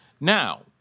Now